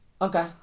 Okay